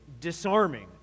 disarming